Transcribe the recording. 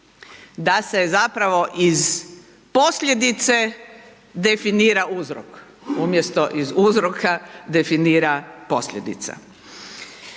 da se zapravo iz posljedice, definira uzrok, umjesto iz uzroka definira posljedica.